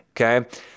Okay